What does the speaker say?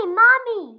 mommy